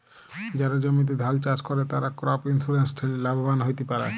যারা জমিতে ধাল চাস করে, তারা ক্রপ ইন্সুরেন্স ঠেলে লাভবান হ্যতে পারে